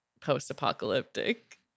post-apocalyptic